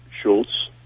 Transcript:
Schultz